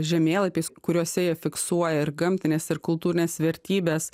žemėlapiais kuriuose jie fiksuoja ir gamtines ir kultūrines vertybes